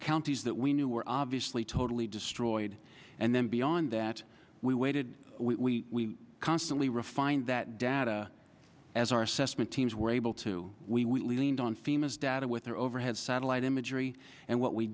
counties that we knew were obviously totally destroyed and then beyond that we waited we constantly refined that data as our assessment teams were able to we would lean on fim as data with their overhead satellite imagery and what we